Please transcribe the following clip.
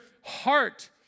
heart